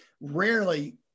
rarely